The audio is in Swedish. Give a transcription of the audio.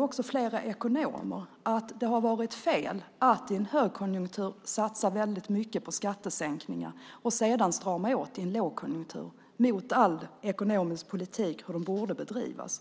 Också flera ekonomer säger att det har varit fel att i en högkonjunktur väldigt mycket satsa på skattesänkningar och sedan i en lågkonjunktur strama åt. Det är tvärtemot all ekonomisk politik och hur den borde bedrivas.